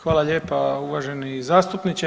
Hvala lijepa uvaženi zastupniče.